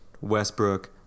Westbrook